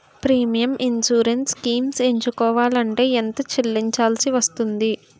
Premium insurance schemes ఎంచుకోవలంటే ఎంత చల్లించాల్సివస్తుంది??